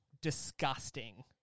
disgusting